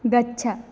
गच्छ